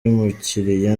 y’umukiriya